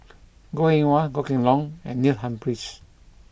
Goh Eng Wah Goh Kheng Long and Neil Humphreys